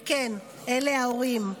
וכן, אלה ההורים.